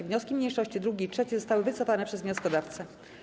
Wnioski mniejszości 2. i 3. zostały wycofane przez wnioskodawcę.